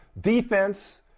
defense